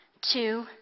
two